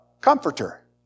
comforter